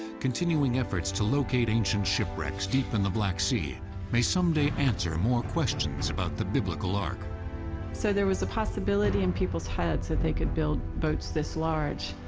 continuing efforts to locate ancient shipwrecks deep in the black sea may someday answer more questions about the biblical ark. ward so there was a possibility in people's heads that they could build boats this large.